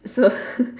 so